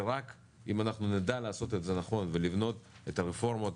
ורק אם אנחנו נדע לעשות את זה נכון ולבנות את הרפורמות